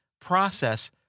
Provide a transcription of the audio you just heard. process